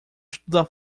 estudar